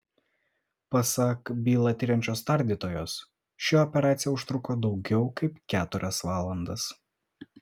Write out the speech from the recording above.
pasak bylą tiriančios tardytojos ši operacija užtruko daugiau kaip keturias valandas